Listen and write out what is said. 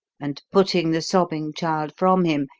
and, putting the sobbing child from him,